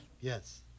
yes